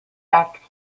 act